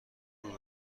بود